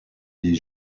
des